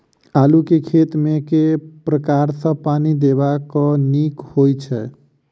आलु केँ खेत मे केँ प्रकार सँ पानि देबाक नीक होइ छै?